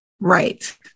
Right